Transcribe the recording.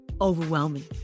overwhelming